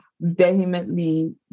vehemently